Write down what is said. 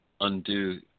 undo